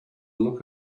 look